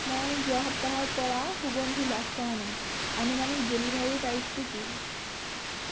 মই যোৱা সপ্তাহৰ পৰা সুগন্ধি লাভ কৰা নাই আনুমানিক ডেলিভাৰীৰ তাৰিখটো কি